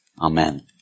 Amen